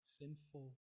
sinful